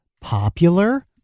popular